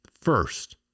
First